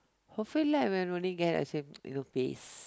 hopefully lah when only get a safe you know pace